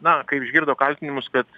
na kai išgirdo kaltinimus kad